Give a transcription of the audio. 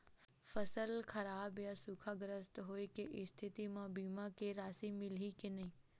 फसल खराब या सूखाग्रस्त होय के स्थिति म बीमा के राशि मिलही के नही?